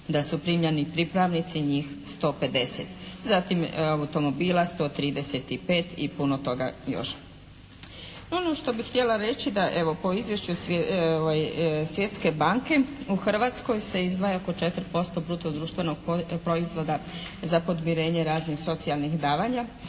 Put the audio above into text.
da su primljeni pripravnici, njih 150. Zatim automobila 135 i puno toga još. Ono što bih htjela reći da evo po izvješću Svjetske banke u Hrvatskoj se izdvaja oko 4% bruto društvenog proizvoda za podmirenje raznih socijalnih davanja,